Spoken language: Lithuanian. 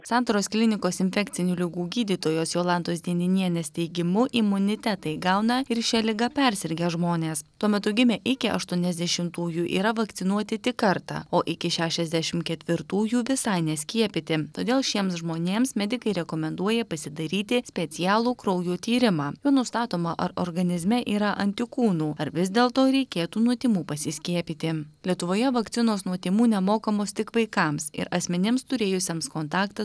santaros klinikos infekcinių ligų gydytojos jolantos dieninienės teigimu imunitetą įgauna ir šia liga persirgę žmonės tuo metu gimę iki aštuoniasdešimtųjų yra vakcinuoti tik kartą o iki šešiasdešim ketvirtųjų visai neskiepyti todėl šiems žmonėms medikai rekomenduoja pasidaryti specialų kraujo tyrimą juo nustatoma ar organizme yra antikūnų ar vis dėlto reikėtų nuo tymų pasiskiepyti lietuvoje vakcinos nuo tymų nemokamos tik vaikams ir asmenims turėjusiems kontaktą